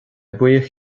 buíoch